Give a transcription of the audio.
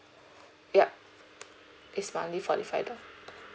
yup it's monthly forty five dollars